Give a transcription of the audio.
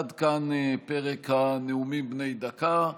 עד כאן פרק הנאומים בני דקה.